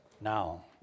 Now